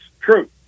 true